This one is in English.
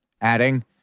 adding